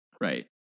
Right